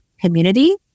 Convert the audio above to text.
community